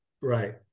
Right